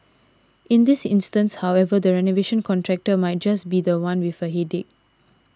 in this instance however the renovation contractor might just be the one with a headache